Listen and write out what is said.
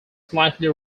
slightly